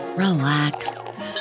Relax